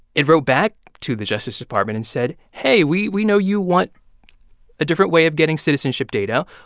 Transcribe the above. it wrote back to the justice department and said, hey. we we know you want a different way of getting citizenship data.